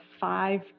five